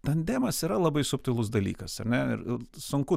tandemas yra labai subtilus dalykas ar ne ir sunku